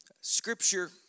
Scripture